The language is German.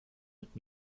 mit